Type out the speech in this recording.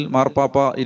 Marpapa